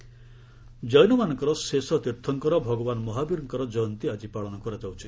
ମହାବୀର ଜୟନ୍ତୀ ଜୈନମାନଙ୍କର ଶେଷ ତୀର୍ଥଙ୍କର ଭଗବାନ ମହାବୀରଙ୍କର ଜୟନ୍ତୀ ଆଜି ପାଳନ କରାଯାଉଛି